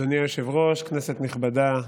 אדוני היושב-ראש, כנסת נכבדה,